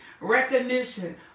recognition